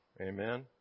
Amen